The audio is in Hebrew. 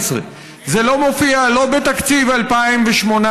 מרס 2018 וזה לא מופיע בתקציב 2018,